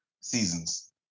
Seasons